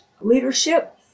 leadership